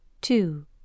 Two